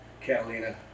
catalina